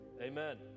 Amen